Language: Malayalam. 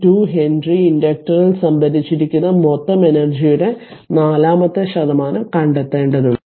2 ഹെൻറി ഇൻഡക്ടറിൽ സംഭരിച്ചിരിക്കുന്ന മൊത്തം എനെർജിയുടെ നാലാമത്തെ ശതമാനം കണ്ടെത്തേണ്ടതുണ്ട്